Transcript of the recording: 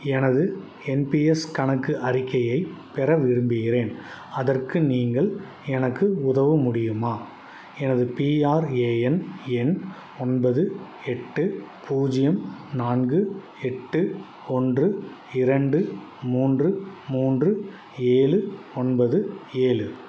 எனது என்பிஎஸ் கணக்கு அறிக்கையைப் பெற விரும்புகின்றேன் அதற்கு நீங்கள் எனக்கு உதவ முடியுமா எனது பிஆர்ஏஎன் எண் ஒன்பது எட்டு பூஜ்ஜியம் நான்கு எட்டு ஒன்று இரண்டு மூன்று மூன்று ஏழு ஒன்பது ஏழு